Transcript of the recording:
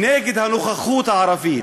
נגד הנוכחות הערבית,